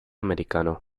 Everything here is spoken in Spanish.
americano